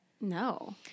No